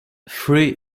free